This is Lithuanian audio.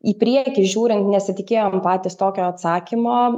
į priekį žiūrint nesitikėjom patys tokio atsakymo